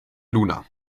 luna